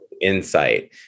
insight